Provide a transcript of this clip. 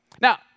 Now